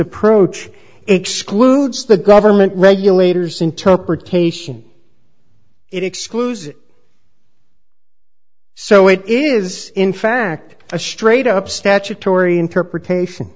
approach excludes the government regulators interpretation it excludes so it is in fact a straight up statutory interpretation